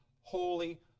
holy